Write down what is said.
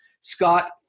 Scott